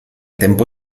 tempo